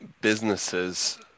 businesses